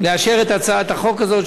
לאשר את הצעת החוק הזאת,